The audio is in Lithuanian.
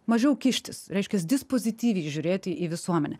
mažiau kištis reiškias dispozityviai žiūrėti į visuomenę